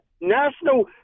national